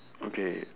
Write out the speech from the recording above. okay